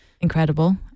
incredible